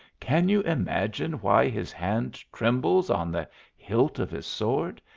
can you imagine why his hand trembles on the hilt of his sword?